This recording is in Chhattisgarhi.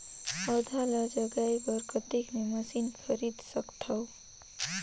पौधा ल जगाय बर कतेक मे मशीन खरीद सकथव?